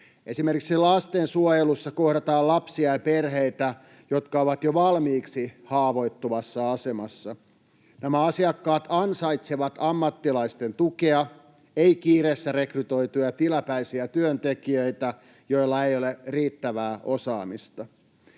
Esimerkiksi lastensuojelussa kohdataan lapsia ja perheitä, jotka ovat jo valmiiksi haavoittuvassa asemassa. Nämä asiakkaat ansaitsevat ammattilaisten tukea, eivät kiireessä rekrytoituja ja tilapäisiä työntekijöitä, joilla ei ole riittävää osaamista.